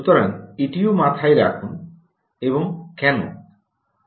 সুতরাং এটিও মাথায় রাখুন এবং কেন